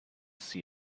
see